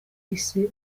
yise